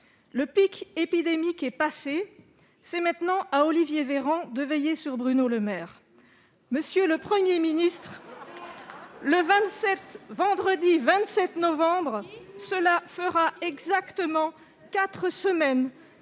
Le pic épidémique est passé. C'est maintenant à Olivier Véran de veiller sur Bruno Le Maire ... Monsieur le Premier ministre, vendredi 27 novembre, cela fera exactement quatre semaines